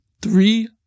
Three